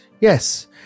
yes